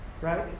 right